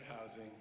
housing